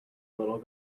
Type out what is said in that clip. little